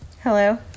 Hello